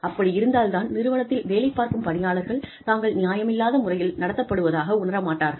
அப்படி இருந்தால் தான் நிறுவனத்தில் வேலைப் பார்க்கும் பணியாளர்கள் தாங்கள் நியாயமில்லாத முறையில் நடத்தப்படுவதாக உணர மாட்டார்கள்